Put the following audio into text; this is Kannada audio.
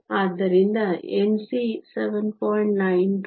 ಆದ್ದರಿಂದ Nc 7